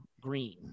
Green